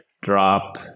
drop